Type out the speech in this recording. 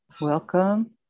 welcome